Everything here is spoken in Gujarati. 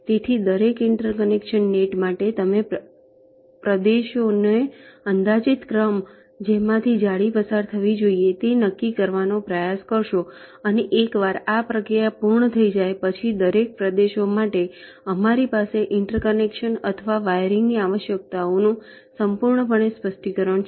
તેથી દરેક ઇન્ટરકનેક્શન નેટ માટે તમે પ્રદેશોનો અંદાજિત ક્રમ જેમાંથી જાળી પસાર થવી જોઈએ તે નક્કી કરવાનો પ્રયાસ કરશો અને એકવાર આ પ્રક્રિયા પૂર્ણ થઈ જાય પછી દરેક પ્રદેશો માટે અમારી પાસે ઇન્ટરકનેક્શન અથવા વાયરિંગની આવશ્યકતાઓનું સંપૂર્ણ સ્પષ્ટીકરણ છે